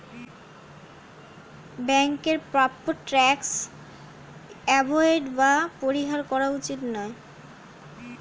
ব্যাংকের প্রাপ্য tax avoid বা পরিহার করা উচিত নয়